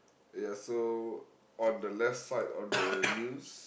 ya so on the left side on the news